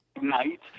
Night